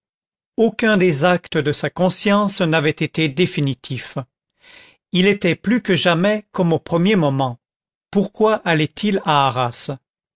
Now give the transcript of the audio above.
aucun des actes de sa conscience n'avait été définitif il était plus que jamais comme au premier moment pourquoi allait-il à arras